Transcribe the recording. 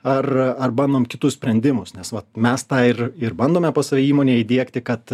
ar ar bandom kitus sprendimus nes vat mes tą ir ir bandome pas save įmonėje įdiegti kad